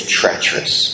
treacherous